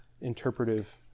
interpretive